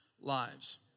lives